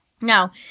Now